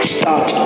Start